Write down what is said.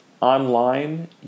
online